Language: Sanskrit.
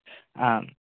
आम्